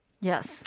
Yes